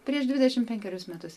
prieš dvidešimt penkerius metus